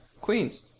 Queens